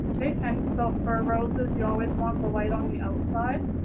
and so, for roses, you always want the white on the outside.